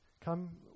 come